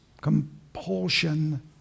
compulsion